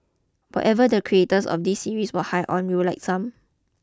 whatever the creators of this series was high on we'd like some